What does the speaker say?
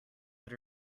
that